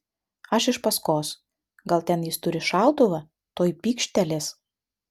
aš iš paskos gal ten jis turi šautuvą tuoj pykštelės